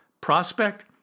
prospect